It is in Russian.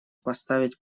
поставить